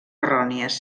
errònies